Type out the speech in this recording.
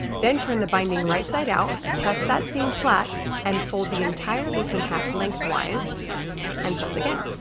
then turn the binding right side out, press that seam flat and fold the entire loop in half lengthwise and press again